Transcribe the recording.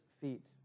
feet